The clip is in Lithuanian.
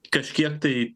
kažkiek tai